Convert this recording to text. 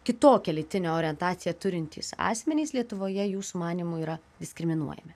kitokią lytinę orientaciją turintys asmenys lietuvoje jūsų manymu yra diskriminuojami